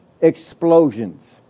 explosions